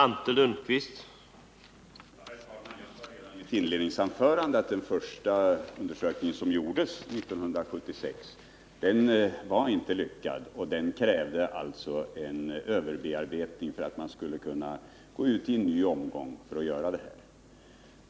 Herr talman! Jag sade redan i mitt inledningsanförande att den första undersökningen, som gjordes 1976, inte var lyckad och att den krävde en överbearbetning för att man skulle kunna gå ut i en ny omgång.